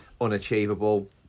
unachievable